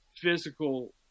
physical